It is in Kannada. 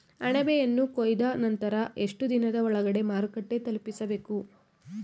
ಅಣಬೆಯನ್ನು ಕೊಯ್ದ ನಂತರ ಎಷ್ಟುದಿನದ ಒಳಗಡೆ ಮಾರುಕಟ್ಟೆ ತಲುಪಿಸಬೇಕು?